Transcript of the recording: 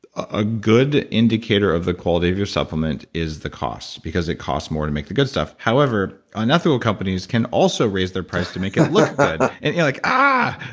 a good indicator of the quality of your supplement is the cost because it costs more to make the good stuff. however, unethical companies can also raise their price to make it look good and you're like, ah,